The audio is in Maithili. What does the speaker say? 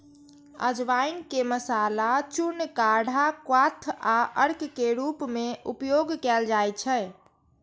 अजवाइन के मसाला, चूर्ण, काढ़ा, क्वाथ आ अर्क के रूप मे उपयोग कैल जाइ छै